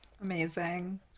amazing